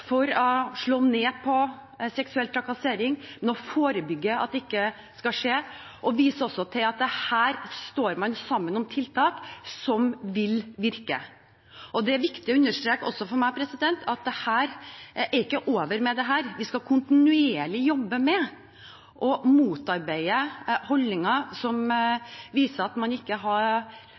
for å slå ned på seksuell trakassering, forebygge at det ikke skal skje, og står sammen om tiltak som vil virke. Det er viktig å understreke også for meg at det ikke er over med dette. Vi skal kontinuerlig jobbe med å motarbeide holdninger som viser at man ikke har